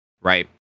right